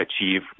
achieve